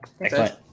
Excellent